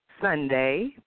Sunday